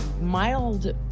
mild